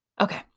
Okay